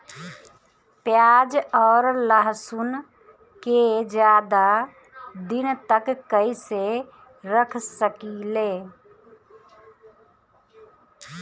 प्याज और लहसुन के ज्यादा दिन तक कइसे रख सकिले?